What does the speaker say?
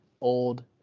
old